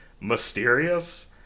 mysterious